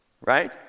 Right